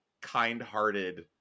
kind-hearted